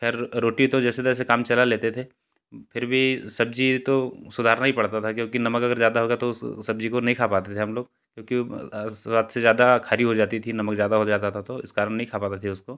खैर रोटी तो जैसे तैसे काम चला लेते थे फिर भी सब्ज़ी तो सुधारना ही पड़ता था क्योंकि नमक अगर ज़्यादा हो गया तो उस सब्ज़ी को नहीं खा पाते थे हम लोग क्यूँकि हद से ज़्यादा खारी हो जाती थी नमक ज़्यादा हो जाता था तो इस कारण नहीं खा पाते थे उसको